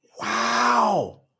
Wow